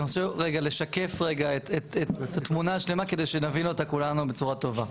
אני רוצה רגע לשקף את התמונה השלמה כדי שנבין אותה כולנו בצורה טובה.